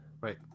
Right